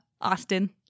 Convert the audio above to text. Austin